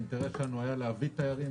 האינטרס שלנו היה להביא תיירים,